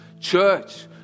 Church